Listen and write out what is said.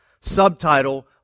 Subtitle